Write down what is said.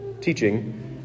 teaching